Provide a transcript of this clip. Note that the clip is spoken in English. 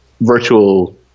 virtual